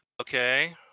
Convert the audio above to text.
Okay